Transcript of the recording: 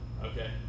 Okay